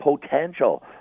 potential